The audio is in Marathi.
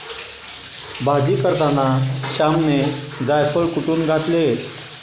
भाजी करताना श्यामने जायफळ कुटुन घातले